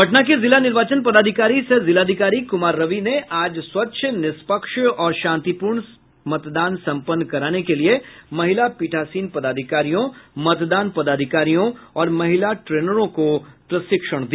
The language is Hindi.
पटना के जिला निर्वाचन पदाधिकारी सह जिलाधिकारी कुमार रवि ने आज स्वच्छ निष्पक्ष और शांतिपूर्ण सम्पन्न कराने के लिये महिला पीठासीन पदाधिकारियों मतदान पदाधिकारियों और महिला ट्रेनरों को प्रशिक्षण दिया